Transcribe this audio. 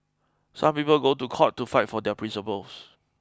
some people go to court to fight for their principles